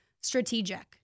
strategic